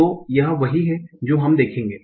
तो यह वही है जो हम देखेंगे